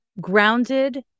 grounded